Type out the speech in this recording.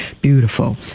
beautiful